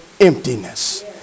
emptiness